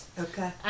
Okay